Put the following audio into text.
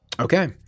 Okay